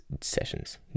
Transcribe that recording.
sessions